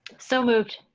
so moved.